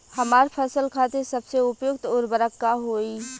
हमार फसल खातिर सबसे उपयुक्त उर्वरक का होई?